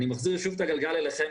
אני מחזיר שוב את הגלגל אליכם,